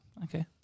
Okay